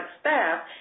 staff